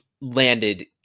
landed